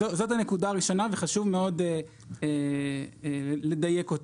זאת הנקודה הראשונה וחשוב מאוד לדייק אותה.